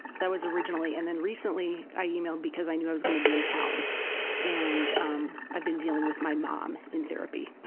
that was it originally and then recently i emailed because i knew i was going to be in town and um i've been dealing with my mom in therapy.